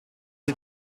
die